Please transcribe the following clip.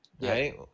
right